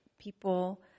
people